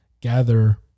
gather